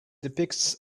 depicts